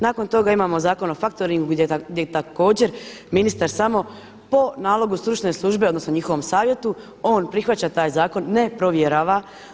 Nakon toga imamo Zakon o faktoringu gdje također ministar samo po nalogu stručne službe, odnosno njihovom savjetu on prihvaća taj zakon, ne provjerava.